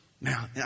Now